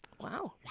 Wow